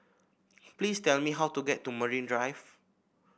please tell me how to get to Marine Drive